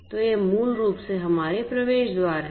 तो यह मूल रूप से हमारे प्रवेश द्वार हैं